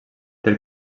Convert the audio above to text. del